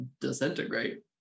disintegrate